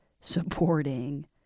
supporting